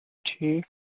ٹھیٖک